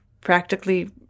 practically